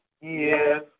Yes